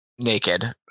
naked